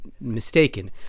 mistaken